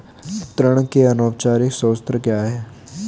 ऋण के अनौपचारिक स्रोत क्या हैं?